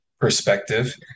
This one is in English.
perspective